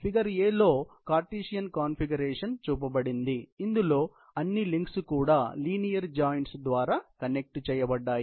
figure A లో Cartesian configuration చూపబడింది ఇందులో అన్ని లింక్స్ కూడా లీనియర్ జాయింట్స్ ద్వారా కనెక్ట్ చేయబడ్డాయి